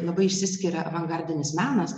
labai išsiskiria avangardinis menas